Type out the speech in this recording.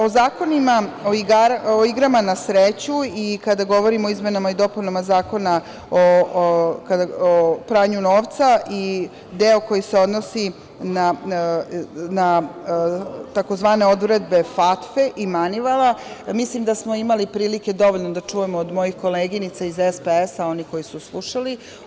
O zakonima o igrama na sreću i kada govorimo o izmenama i dopunama Zakona o pranju novca i deo koji se odnosi na tzv. odredbe FATF-e i Manivala, mislim da smo imali prilike dovoljno da čujemo od mojih koleginica iz SPS-a, oni koji su slušali.